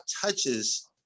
touches